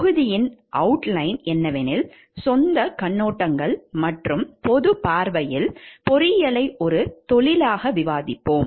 தொகுதியின் அவுட்லைன் என்னவெனில் சொந்தக் கண்ணோட்டங்கள் மற்றும் பொதுப் பார்வையில் பொறியியலை ஒரு தொழிலாக விவாதிப்போம்